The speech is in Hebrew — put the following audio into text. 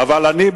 אבל אני,